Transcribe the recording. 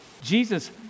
Jesus